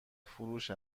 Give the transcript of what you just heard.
فروش